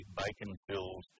bacon-filled